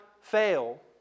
fail